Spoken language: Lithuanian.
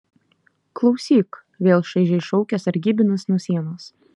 klausyk vėl šaižiai šaukia sargybinis nuo sienos